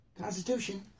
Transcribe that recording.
Constitution